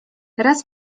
raz